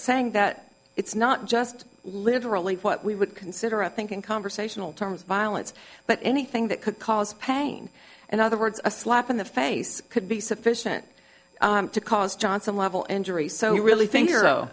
saying that it's not just literally what we would consider i think in conversational terms violence but anything that could cause pain and other words a slap in the face could be sufficient to cause johnson level injury so you really